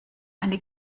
eine